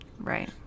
Right